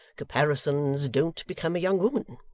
caparisons don't become a young woman.